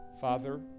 Father